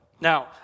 Now